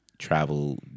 Travel